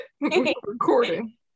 recording